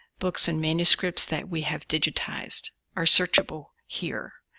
books, and manuscripts that we have digitized are searchable here,